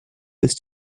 ist